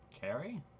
Carrie